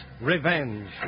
Revenge